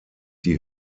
die